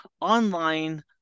online